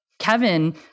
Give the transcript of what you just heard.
Kevin